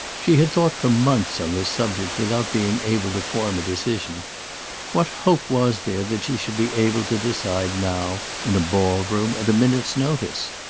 she had thought for months on this subject without being able to form a decision what hope was there that she should be able to decide now, in a ball-room, at a minute's notice?